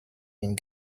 have